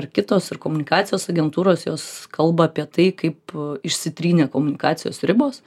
ar kitos ir komunikacijos agentūros jos kalba apie tai kaip išsitrynė komunikacijos ribos